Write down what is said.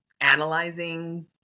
analyzing